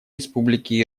республики